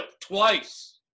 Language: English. twice